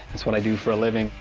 it's what i do for a living.